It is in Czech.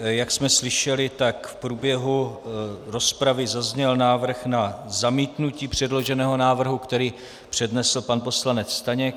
Jak jsme slyšeli, tak v průběhu rozpravy zazněl návrh na zamítnutí předloženého návrhu, který přednesl pan poslanec Staněk.